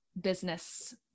business